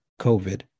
COVID